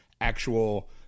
actual